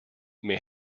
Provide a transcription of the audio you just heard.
may